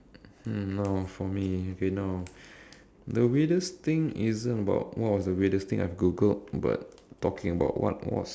hmm no for me okay no the weirdest thing isn't about what was the weirdest thing I've Googled but talking about what was